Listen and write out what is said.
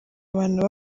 abantu